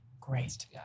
great